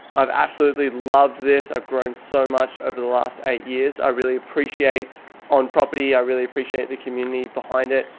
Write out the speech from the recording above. i've absolutely loved this. i've grown so much over the last eight years. i really appreciate on property. i really appreciate the community behind it.